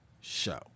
show